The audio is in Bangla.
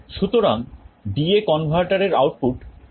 সুতরাং DA converter এর আউটপুট ইনপুট ভল্টেজকে track করবে